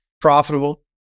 profitable